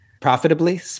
profitably